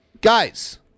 Guys